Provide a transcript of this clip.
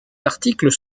articles